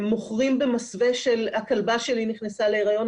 הם מוכרים במסווה של 'הכלבה שלי נכנסה להריון,